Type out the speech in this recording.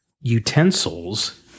utensils